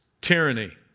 tyranny